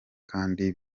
kandi